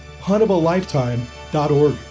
huntofalifetime.org